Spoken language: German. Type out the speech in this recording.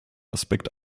aspekt